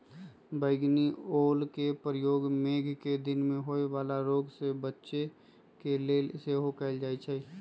बइगनि ओलके प्रयोग मेघकें दिन में होय वला रोग से बच्चे के लेल सेहो कएल जाइ छइ